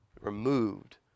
removed